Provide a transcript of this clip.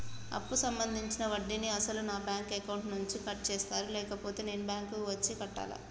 అప్పు సంబంధించిన వడ్డీని అసలు నా బ్యాంక్ అకౌంట్ నుంచి కట్ చేస్తారా లేకపోతే నేను బ్యాంకు వచ్చి కట్టాలా?